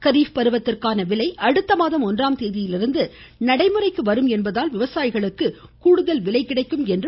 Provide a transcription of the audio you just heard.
கரீப் பருவத்திற்கான விலை அடுத்த மாதம் ஒன்றாம் தேதியிலிருந்து நடைமுறைக்கு வரும் என்பதால் விவசாயிகளுக்கு கூடுதல் விலை கிடைக்கும் என்றார்